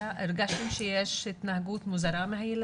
הרגשתם שיש התנהגות מוזרה מצד הילד?